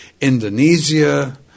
Indonesia